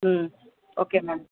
okay madam